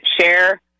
share